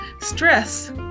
Stress